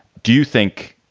do you think,